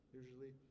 usually